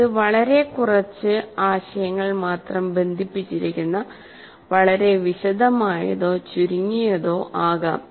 ഇത് വളരെ കുറച്ച് ആശയങ്ങൾ മാത്രം ബന്ധിപ്പിച്ചിരിക്കുന്ന വളരെ വിശദമായതോ ചുരുങ്ങിയതോ ആകാം